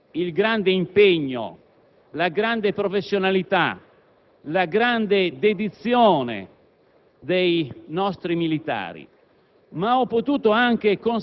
Mi è capitato di visitare i luoghi dove i nostri militari svolgono queste missioni